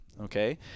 Okay